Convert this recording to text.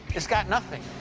it's got nothing!